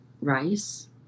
rice